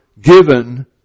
given